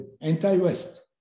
anti-West